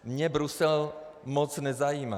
Mě Brusel moc nezajímá.